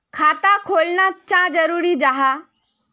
खाता खोलना चाँ जरुरी जाहा?